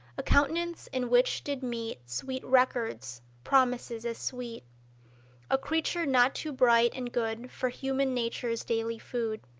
a countenance in which did meet sweet records, promises as sweet a creature not too bright and good for human nature's daily food.